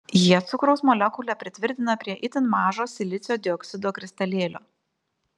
jie cukraus molekulę pritvirtina prie itin mažo silicio dioksido kristalėlio